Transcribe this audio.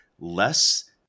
less